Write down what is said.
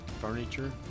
furniture